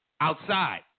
outside